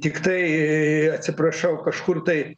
tiktai atsiprašau kažkur tai